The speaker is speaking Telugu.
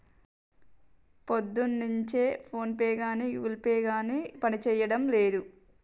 పొద్దున్నుంచి ఫోన్పే గానీ గుగుల్ పే గానీ పనిజేయడం లేదు